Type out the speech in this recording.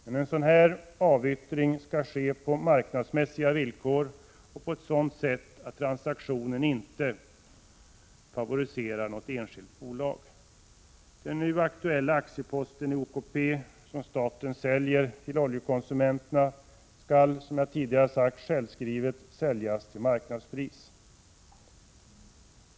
Men en sådan avyttring skall ske på marknadsmässiga villkor och på ett sådant sätt att transaktionen inte favoriserar något enskilt bolag. Den nu aktuella aktiepost i OKP som staten säljer till Oljekonsumenterna skall, som jag tidigare sagt, självfallet säljas till marknadspris.